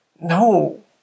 No